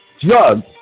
drug